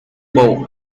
bow